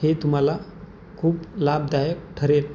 हे तुम्हाला खूप लाभदायक ठरेल